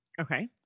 Okay